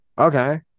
Okay